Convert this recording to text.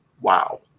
wow